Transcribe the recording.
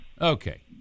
Okay